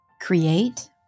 Create